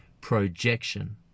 projection